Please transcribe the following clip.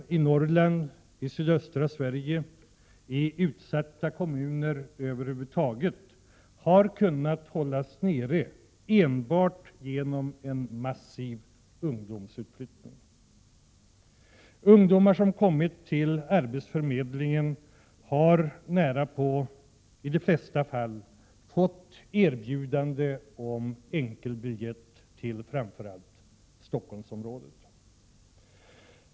1987/88:99 Norrland, i sydöstra Sverige och i utsatta kommuner över huvud taget har — 13 april 1988 kunnat hållas nere enbart genom en massiv ungdomsutflyttning. Ungdomar som har kommit till arbetsförmedlingen har i de flesta fall fått erbjudande om enkelbiljett till framför Stockholmsområdet.